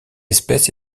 espèce